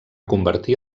convertir